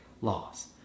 laws